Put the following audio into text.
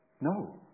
No